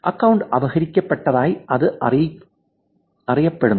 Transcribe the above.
account അപഹരിക്കപ്പെട്ടതായി ഇത് അറിയപ്പെടുന്നു